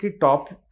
top